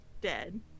dead